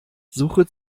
suche